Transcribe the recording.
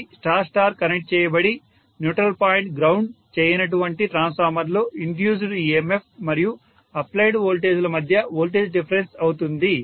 అది star star connect చేయబడి neutral point ground చేయనటువంటి ట్రాన్స్ఫార్మర్ లో ఇండ్యూస్డ్ EMF మరియు అప్లైడ్ వోల్టేజ్ ల మధ్య వోల్టేజ్ డిఫరెన్స్ అవుతుంది